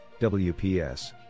WPS